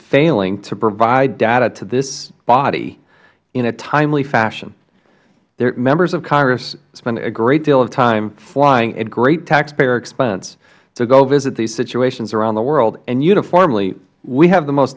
failing to provide data to this body in a timely fashion members of congress spend a great deal of time flying at great taxpayer expense to visit these situations around the world uniformly we have the most